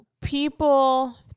People